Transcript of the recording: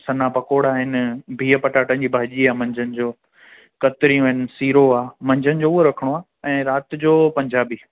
सन्हा पकौड़ा आहिनि भीअ पटाटनि जी भाॼी आ मंझंदि जो कत्रियूं आहिनि सीरो आहे मंझंदि जो उहो रखिणो आहे ऐं राति जो पंजाबी